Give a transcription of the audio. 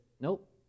nope